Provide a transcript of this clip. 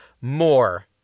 more